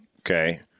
okay